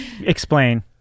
Explain